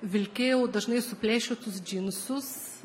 vilkėjau dažnai suplėšytus džinsus